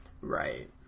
Right